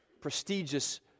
prestigious